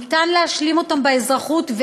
אפשר להשלים אותן באזרחות,